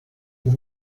you